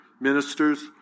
ministers